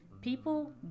People